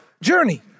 journey